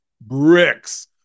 Bricks